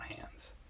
hands